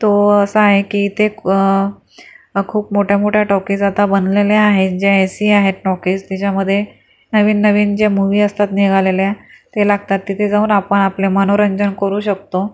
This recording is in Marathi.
तो असा आहे कि ते खूप मोठ्या मोठ्या टॉकीज आता बनलेल्या आहेत ज्या एसी आहेत टॉकीज त्याच्यामध्ये नवीन नवीन ज्या मुव्ही असतात निघालेल्या त्या लागतात तिथे जाऊन आपण आपले मनोरंजन करू शकतो